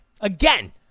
Again